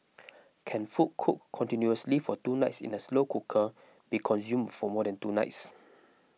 can food cooked continuously for two nights in a slow cooker be consumed for more than two nights